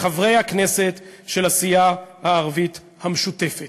חברי הכנסת של הסיעה הערבית המשותפת.